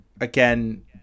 again